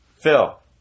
Phil